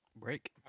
Break